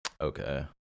Okay